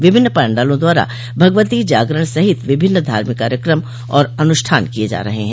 विभिन्न पंडालों द्वारा भगवतो जागरण सहित विभिन्न धार्मिक कार्यक्रम और अनुष्ठान किये जा रहे हैं